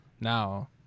now